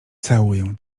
całuję